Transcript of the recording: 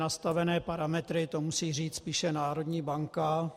Nastavené parametry, to musí říct spíše národní banka.